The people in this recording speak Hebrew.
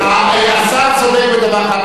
השר צודק בדבר אחד,